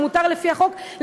שמותר לפי החוק,